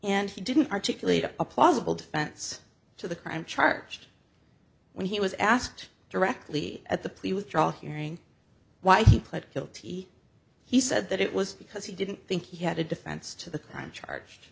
and he didn't articulate a plausible defense to the crime charged when he was asked directly at the plea withdrawal hearing why he pled guilty he said that it was because he didn't think he had a defense to the crime charge